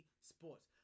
Sports